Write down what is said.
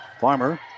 Farmer